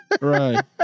right